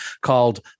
called